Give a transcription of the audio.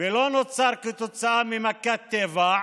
ולא נוצר כתוצאה ממכת טבע,